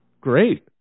Great